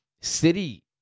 city